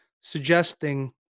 suggesting